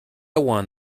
one